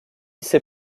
ses